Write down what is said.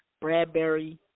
Bradbury